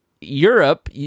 europe